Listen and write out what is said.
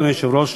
אדוני היושב-ראש,